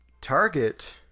Target